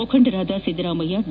ಮುಖಂಡರಾದ ಸಿದ್ದರಾಮಯ್ಯ ಡಿ